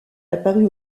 apparu